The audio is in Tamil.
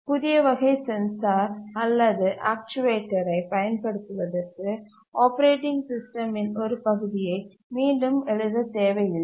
புதிய வகை சென்சார் அல்லது ஆக்சுவேட்டரைப் பயன்படுத்துவதற்கு ஆப்பரேட்டிங் சிஸ்டமின் ஒரு பகுதியை மீண்டும் எழுத தேவையில்லை